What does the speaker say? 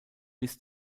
bis